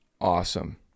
awesome